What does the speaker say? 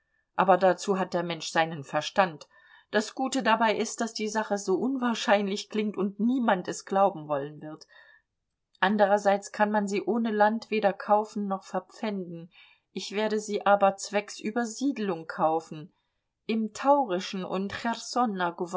aber dazu hat der mensch seinen verstand das gute dabei ist daß die sache so unwahrscheinlich klingt und niemand es glauben wollen wird allerdings kann man sie ohne land weder kaufen noch verpfänden ich werde sie aber zwecks übersiedlung kaufen im taurischen und